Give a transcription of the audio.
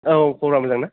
औ खबरा मोजां ना